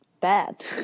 bad